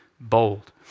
bold